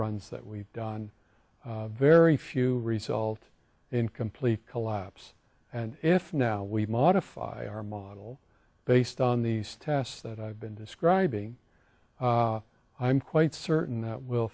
runs that we've done very few result in complete collapse and if now we modify our model based on these tests that i've been describing i'm quite certain that w